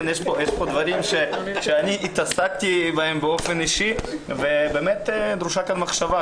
יש פה דברים שאני התעסקתי בהם באופן אישי ודרושה כאן מחשבה.